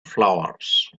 flowers